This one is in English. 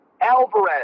Alvarez